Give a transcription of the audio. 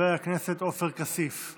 חבר הכנסת עופר כסיף,